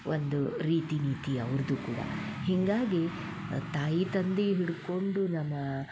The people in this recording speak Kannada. ಒಂದು ರೀತಿ ನೀತಿ ಅವ್ರದ್ದು ಕೂಡ ಹೀಗಾಗಿ ತಾಯಿ ತಂದೆಯು ಹಿಡ್ಕೊಂಡು ನಮ್ಮ